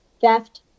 theft